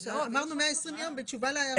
אמרנו "120 יום" בתשובה להערה שלך.